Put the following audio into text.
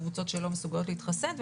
קבוצות שלא מסוגלות להתחסן,